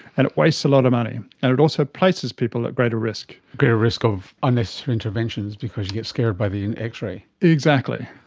and it wastes a lot of money and it also places people at greater risk. greater risk of unnecessary interventions because you get scared by the x-ray. exactly.